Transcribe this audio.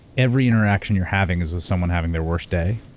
every interaction you're having, is with someone having their worst day.